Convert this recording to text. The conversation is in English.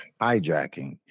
hijacking